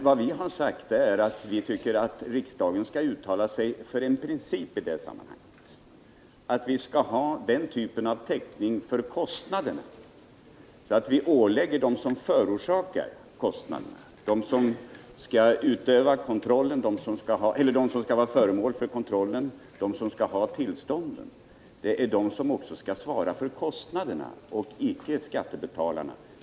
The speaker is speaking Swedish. Vad vi har sagt är att riksdagen bör uttala sig för en princip i det sammanhanget, nämligen att de som förorsakar kostnaderna, de som skall vara föremål för kontrollen, de som skall ha tillstånden, också skall svara för kostnaderna och icke skattebetalarna.